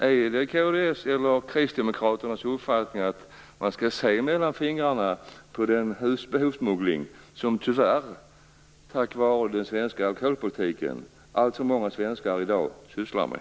Är det Kristdemokraternas uppfattning att man skall se mellan fingrarna med den husbehovssmuggling som tyvärr alltför många svenskar i dag tack vare den svenska alkoholpolitiken sysslar med?